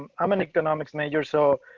i'm an economics major so